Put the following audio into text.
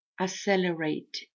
accelerate